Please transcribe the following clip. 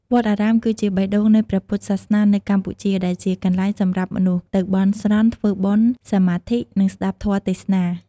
វត្តអារាម គឺជាបេះដូងនៃព្រះពុទ្ធសាសនានៅកម្ពុជា ដែលជាកន្លែងសម្រាប់មនុស្សទៅ បន់ស្រន់ ធ្វើបុណ្យ សមាធិ និងស្ដាប់ធម៌ទេសនា។